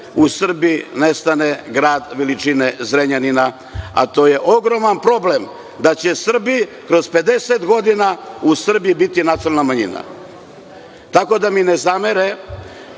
u Srbiji nestane grad veličine Zrenjanina, a to je ogroman problem, da će Srbi kroz 50 godina u Srbiji biti nacionalna manjina. Tako da mi ne zamere